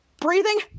breathing